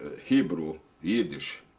hebrew, yiddish